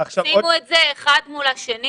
שימו את זה אחד מול השני